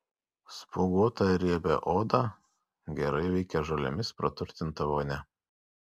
spuoguotą ir riebią odą gerai veikia žolėmis praturtinta vonia